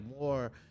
more